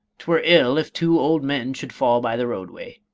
twere ill, if two old men should fall by the roadway.